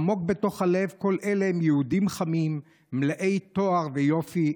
עמוק בתוך הלב כל אלה הם יהודים חמים מלאי טוהר ויופי.